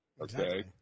okay